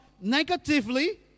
negatively